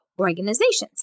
organizations